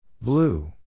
Blue